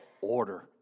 order